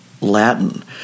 Latin